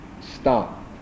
stop